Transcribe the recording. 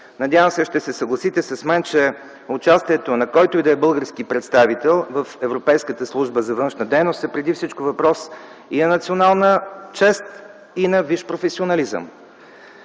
Надявам се, ще се съгласите с мен, че участието на който и да е български представител в Европейската служба за външна дейност е преди всичко въпрос и на национална чест, и на висш професионализъм.